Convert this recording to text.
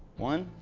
one,